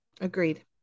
Agreed